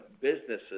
businesses